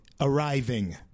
arriving